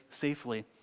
safely